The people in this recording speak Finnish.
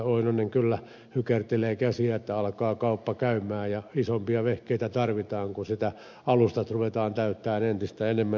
oinonen kyllä hykertelevät käsiään että alkaa kauppa käydä ja isompia vehkeitä tarvitaan kun alustoja ruvetaan täyttämään entistä enemmän